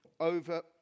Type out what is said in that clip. over